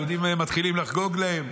היהודים מתחילים לחגוג להם,